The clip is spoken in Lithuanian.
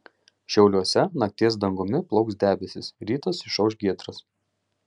šiauliuose nakties dangumi plauks debesys rytas išauš giedras